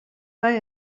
kaj